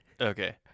Okay